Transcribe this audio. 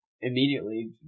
immediately